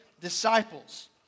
disciples